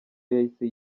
yahise